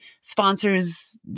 sponsors